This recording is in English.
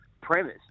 premise